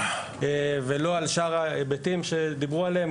ולא על שאר ההיבטים שדיברו עליהם,